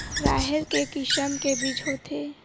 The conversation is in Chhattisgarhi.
राहेर के किसम के बीज होथे?